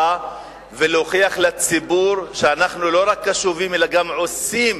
ולהוכיח לציבור שאנחנו לא רק קשובים אלא גם עושים